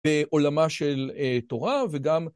בעולמה של תורה וגם...